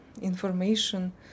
information